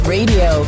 Radio